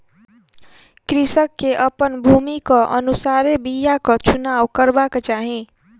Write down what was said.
कृषक के अपन भूमिक अनुसारे बीयाक चुनाव करबाक चाही